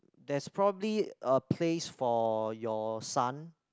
there's probably a place for your son